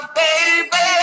baby